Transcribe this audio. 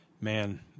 man